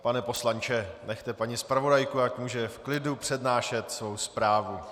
Pane poslanče, nechte paní zpravodajku, ať může v klidu přednášet svou zprávu.